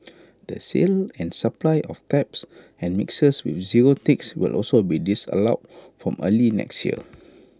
the sale and supply of taps and mixers with zero ticks will also be disallowed from early next year